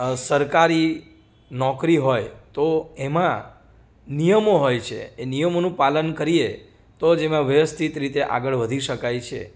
સરકારી નોકરી હોય તો એમાં નિયમો હોય છે એ નિયમોનું પાલન કરીએ તો જ એમાં વ્યવસ્થિત રીતે આગળ વધી શકાય છે